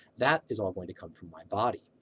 that is all going to come from my body,